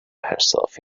herself